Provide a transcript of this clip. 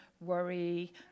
Worry